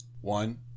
One